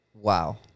Wow